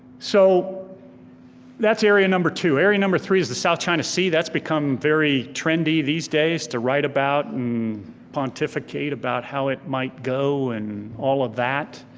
so that's area number two, area number three is the south china sea, that's become very trendy these days to write about and pontificate about how it might go and all of that.